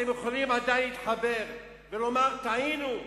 אתם יכולים עדיין להתחבר ולומר: טעינו.